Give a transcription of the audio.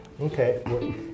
Okay